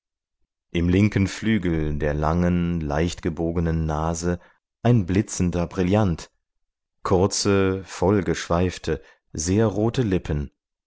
im linken flügel der langen leichtgebogenen nase ein blitzender brillant kurze vollgeschweifte sehr rote lippen